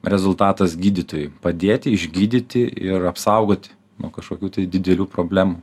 rezultatas gydytojui padėti išgydyti ir apsaugoti nuo kažkokių tai didelių problemų